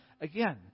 Again